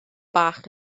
bach